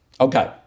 Okay